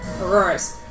Auroras